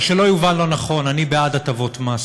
שלא יובן לא נכון: אני בעד הטבות מס,